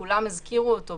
שכולם כבר הזכירו אותו,